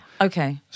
Okay